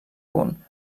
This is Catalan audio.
punt